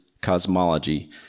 cosmology